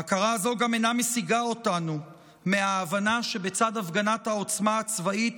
ההכרה הזו גם אינה מסיגה אותנו מההבנה שבצד הפגנת העוצמה הצבאית,